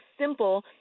simple